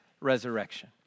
resurrection